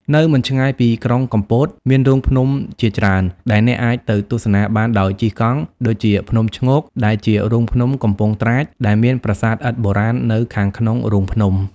នៅមិនឆ្ងាយពីក្រុងកំពត មានរូងភ្នំជាច្រើនដែលអ្នកអាចទៅទស្សនាបានដោយជិះកង់ ដូចជា ភ្នំឈ្ងោក ដែលជា រូងភ្នំកំពង់ត្រាច ដែលមានប្រាសាទឥដ្ឋបុរាណនៅខាងក្នុងរូងភ្នំ។